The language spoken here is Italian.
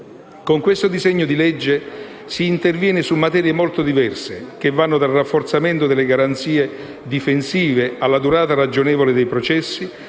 Con questo disegno di legge si interviene su materie molto diverse, che vanno dal rafforzamento delle garanzie difensive alla durata ragionevole dei processi,